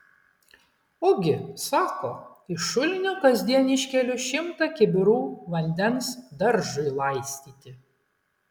ogi sako iš šulinio kasdien iškeliu šimtą kibirų vandens daržui laistyti